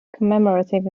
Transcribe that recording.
commemorative